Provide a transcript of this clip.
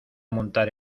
montar